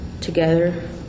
together